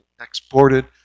Exported